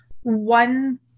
one